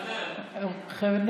איננו,